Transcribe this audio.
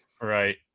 Right